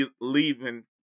leaving